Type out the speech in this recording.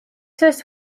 first